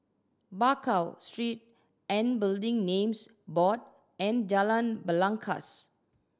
Bakau Street and Building Names Board and Jalan Belangkas